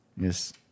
Yes